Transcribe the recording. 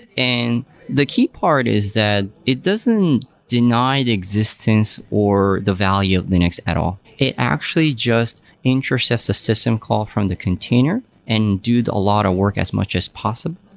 and the key part is that it doesn't deny the existence, or the value of linux at all. it actually just intercepts a system call from the container and do a lot of work as much as possible.